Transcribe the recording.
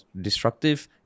destructive